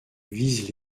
vise